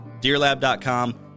DeerLab.com